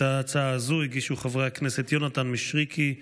את ההצעה הזו הגישו חברי הכנסת יונתן מישרקי,